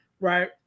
right